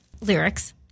lyrics